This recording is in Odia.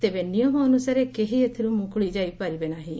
ତେବେ ନିୟମ ଅନୁସାରେ କେହି ଏଥିରୁ ମୁକୁଳି ଯାଇପାରିବେ ନାହିଁ